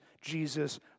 Jesus